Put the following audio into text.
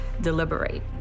deliberate